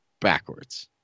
backwards